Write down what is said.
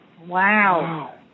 Wow